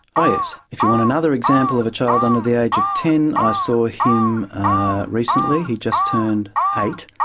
oh yes. if you want another example of a child under the age of ten, i saw him recently, he'd just turned eight,